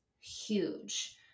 huge